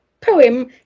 poem